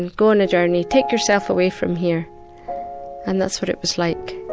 and go on a journey, take yourself away from here and that's what it was like.